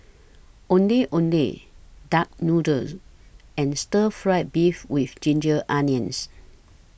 Ondeh Ondeh Duck Noodles and Stir Fried Beef with Ginger Onions